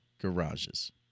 garages